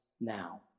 now